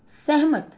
ਸਹਿਮਤ